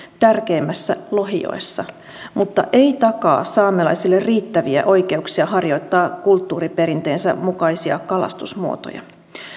tärkeimmässä lohijoessa mutta ei takaa saamelaisille riittäviä oikeuksia harjoittaa kulttuuriperinteensä mukaisia kalastusmuotoja